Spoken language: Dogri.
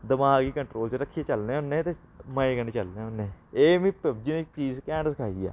दमाग गी कंट्रोल च रक्खियै चलने होन्ने ते मजे कन्नै चलने होन्ने एह् मिगी पबजी ने चीस कैंट सखाई दी ऐ